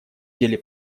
деле